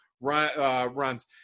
runs